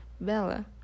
Bella